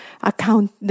account